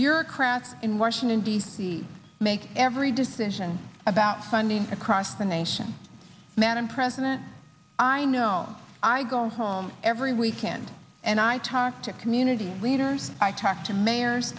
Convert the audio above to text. bureaucrats in washington d c make every decision about funding across the nation madam president i know i go home every weekend and i talk to community leaders i talk to mayors